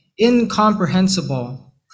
incomprehensible